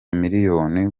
miliyoni